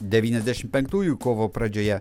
devyniasdešim penktųjų kovo pradžioje